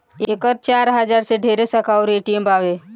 एकर चार हजार से ढेरे शाखा अउर ए.टी.एम बावे